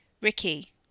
Ricky